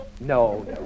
no